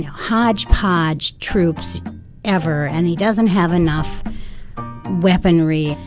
yeah hodgepodge troops ever. and he doesn't have enough weaponry.